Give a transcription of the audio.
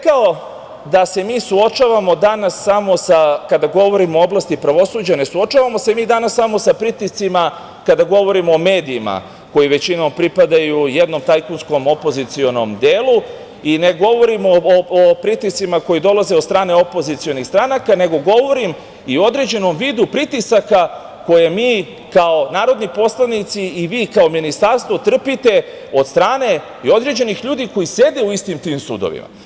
Kada govorimo u oblasti pravosuđa ne suočavamo se mi danas samo sa pritiscima kad govorimo o medijima koji većinom pripadaju jednom tajkunskom opozicionom delu i ne govorimo o pritiscima koji dolaze od strane opozicionih stranaka, nego govorim i o određenom vidu pritisaka koje mi kao narodni poslanici i vi kao Ministarstvo trpite od strane i određenih ljudi koji sede u istim tim sudovima.